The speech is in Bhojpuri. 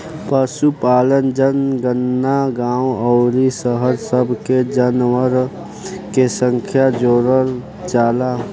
पशुपालन जनगणना गांव अउरी शहर सब के जानवरन के संख्या जोड़ल जाला